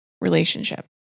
relationship